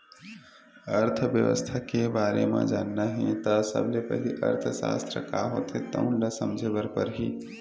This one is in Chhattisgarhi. अर्थबेवस्था के बारे म जानना हे त सबले पहिली अर्थसास्त्र का होथे तउन ल समझे बर परही